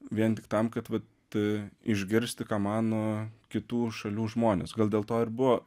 vien tik tam kad vat išgirsti ką mano kitų šalių žmonės gal dėl to ir buvo